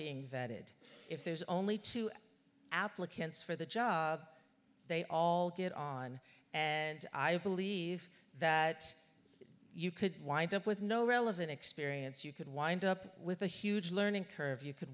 being vetted if there's only two applicants for the job they all get on and i believe that you could wind up with no relevant experience you could wind up with a huge learning curve you c